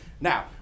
Now